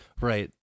Right